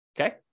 Okay